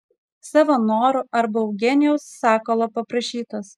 savo noru arba eugenijaus sakalo paprašytas